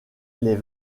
les